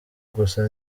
gusa